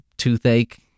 toothache